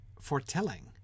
foretelling